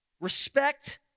respect